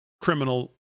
criminal